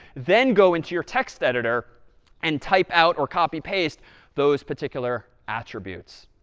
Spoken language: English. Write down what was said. then go into your text editor and type out or copy paste those particular attributes.